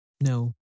No